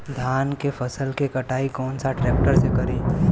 धान के फसल के कटाई कौन सा ट्रैक्टर से करी?